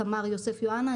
קמ"ר יוסף יוהנה,